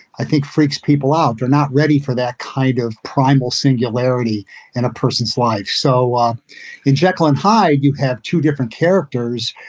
i think, freaks people out. they're not ready for that kind of primal singularity in a person's life. so um in jekyll and hyde, you have two different characters.